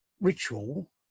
ritual